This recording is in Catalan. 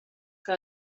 que